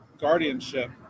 guardianship